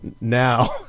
now